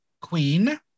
queen